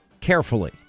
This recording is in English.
carefully